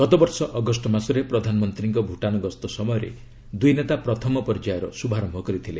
ଗତବର୍ଷ ଅଗଷ୍ଟ ମାସରେ ପ୍ରଧାନମନ୍ତ୍ରୀଙ୍କ ଭୁଟାନ୍ ଗସ୍ତ ସମୟରେ ଦୁଇ ନେତା ପ୍ରଥମ ପର୍ଯ୍ୟାୟର ଶୁଭାରମ୍ଭ କରିଥିଲେ